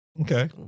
Okay